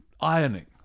ironing